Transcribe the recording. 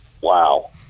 wow